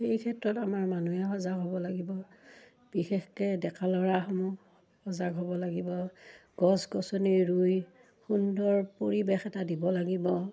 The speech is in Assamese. সেই ক্ষেত্ৰত আমাৰ মানুহে সজাগ হ'ব লাগিব বিশেষকৈ ডেকাল'ৰাসমূহ সজাগ হ'ব লাগিব গছ গছনি ৰুই সুন্দৰ পৰিৱেশ এটা দিব লাগিব